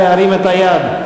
להרים את היד.